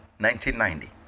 1990